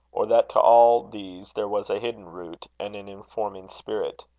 or that to all these there was a hidden root, and an informing spirit?